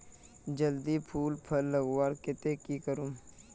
जल्दी फूल फल लगवार केते की करूम?